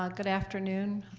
um good afternoon,